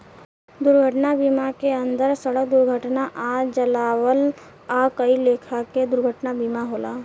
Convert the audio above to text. दुर्घटना बीमा के अंदर सड़क दुर्घटना आ जलावल आ कई लेखा के दुर्घटना के बीमा होला